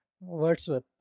Wordsworth